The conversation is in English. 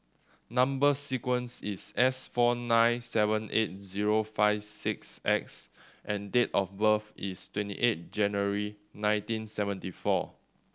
number sequence is S four nine seven eight zero five six X and date of birth is twenty eight January nineteen seventy four